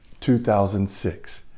2006